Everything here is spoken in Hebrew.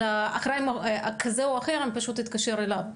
אלא אחראי כזה או אחר פשוט יתקשר אליו.